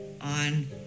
on